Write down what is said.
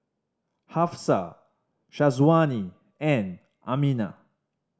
Hafsa Syazwani and Aminah